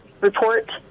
report